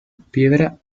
piedra